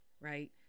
right